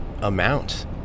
amount